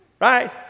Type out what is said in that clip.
Right